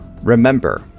remember